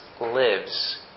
lives